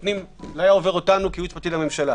זה לא היה עובר אותנו כייעוץ משפטי לממשלה.